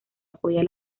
apoya